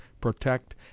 protect